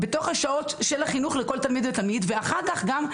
בתוך השעות של החינוך לכל תלמיד ותלמיד ואחר כך גם,